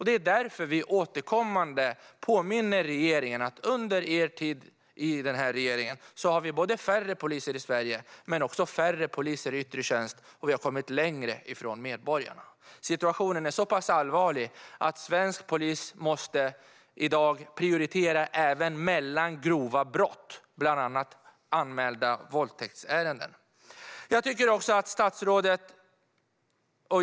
Det är därför Alliansen återkommande påminner regeringen om att Sverige under denna regering har fått färre poliser i landet och färre poliser i yttre tjänst och att polisen har kommit längre från medborgarna. Situationen är så allvarlig att svensk polis måste prioritera även bland grova brott, bland annat anmälda våldtäkter. Herr talman!